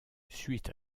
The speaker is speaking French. suite